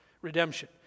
Redemption